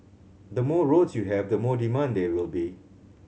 the more roads you have the more demand there will be